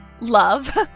Love